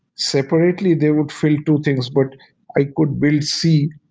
separately they would fill two things, but i could build c,